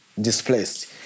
displaced